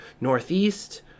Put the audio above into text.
northeast